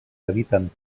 habiten